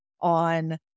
on